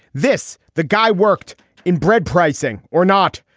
this the guy worked in bread pricing or not.